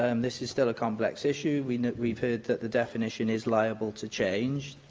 ah um this is still a complex issue. we've we've heard that the definition is liable to change.